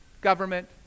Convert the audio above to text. government